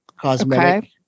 cosmetic